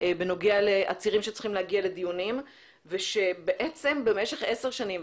בנוגע לעצירים שצריכים להגיע לדיונים ושבעצם במשך עשר שנים,